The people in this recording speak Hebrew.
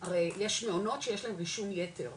הרי יש מעונות שיש להם רישום יתר,